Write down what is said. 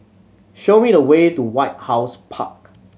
show me the way to White House Park